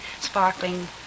sparkling